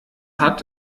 hat